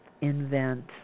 invent